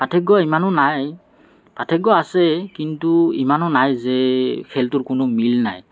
পাৰ্থক্য ইমানো নাই পাৰ্থক্য আছে কিন্তু ইমানো নাই যে খেলটোৰ কোনো মিল নাই